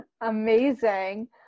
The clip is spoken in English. Amazing